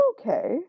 okay